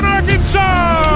Arkansas